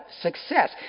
success